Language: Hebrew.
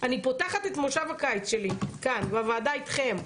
אני פותחת את מושב הקיץ שלי כאן בוועדה אתכם,